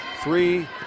three